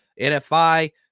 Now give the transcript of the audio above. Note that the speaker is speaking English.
NFI